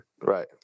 Right